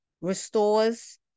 Restores